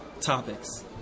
topics